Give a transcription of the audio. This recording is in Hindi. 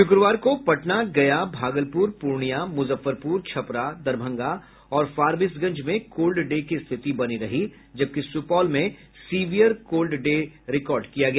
शुक्रवार को पटना गया भागलपुर पूर्णिया मुजफ्फरपुर छपरा दरभंगा और फारबिसगंज में कोल्ड डे की स्थिति बनी रही जबकि सुपौल में सीवियर कोल्ड डे रिकॉर्ड किया गया